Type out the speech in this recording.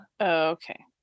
okay